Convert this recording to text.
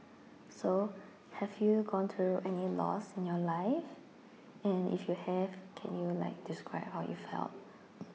so have you gone through any loss in your life and if you have can you like describe how you felt